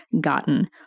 gotten